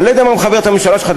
אני לא יודע מה מחבר את הממשלה שלך.